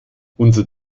unser